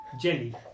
Jelly